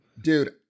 Dude